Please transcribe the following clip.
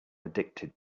addicted